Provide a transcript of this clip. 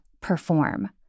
perform